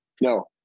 No